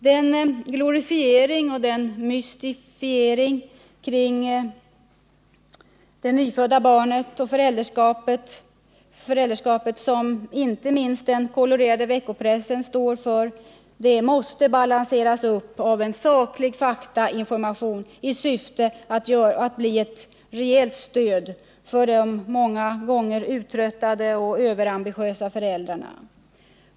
Den glorifiering och mystifiering kring det nyfödda barnet och föräldraskapet, som inte minst den kolorerade veckopressen står för, måste balanseras av en saklig faktainformation som kan bli ett rejält stöd för de många gånger uttröttade och överambitiösa föräldrarna.